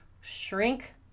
shrink